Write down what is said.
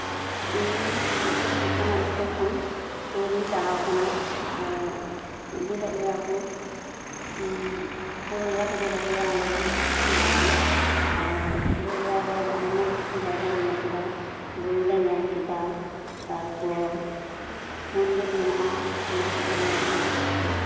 ᱤᱧ ᱢᱤᱫᱴᱟᱱ ᱥᱩᱪᱚᱱᱟ ᱤᱥᱠᱩᱞ ᱠᱷᱚᱱ ᱴᱩᱨ ᱤᱧ ᱪᱟᱞᱟᱣ ᱠᱟᱱᱟ ᱟᱨ ᱤᱫᱤ ᱞᱮᱜ ᱞᱮᱭᱟ ᱠᱚ ᱯᱩᱨᱩᱞᱤᱭᱟᱠᱚ ᱤᱫᱤ ᱞᱮᱜ ᱞᱮᱭᱟ ᱚᱱᱰᱮ ᱫᱚ ᱫᱟᱬᱟᱱ ᱯᱩᱨᱩᱞᱤᱭᱟ ᱨᱮ ᱟᱭᱢᱟ ᱠᱤᱪᱷᱩ ᱡᱟᱭᱜᱟ ᱞᱮ ᱧᱮᱞ ᱠᱮᱫᱟ ᱵᱩᱨᱩ ᱞᱮ ᱧᱮᱞ ᱠᱮᱫᱟ ᱛᱟᱨᱯᱚᱨ ᱢᱚᱱᱫᱤᱨ ᱫᱚ ᱢᱮᱱᱟᱜᱼᱟ ᱚᱱᱟ ᱠᱚᱞᱮ ᱧᱮᱞ ᱠᱮᱫᱟ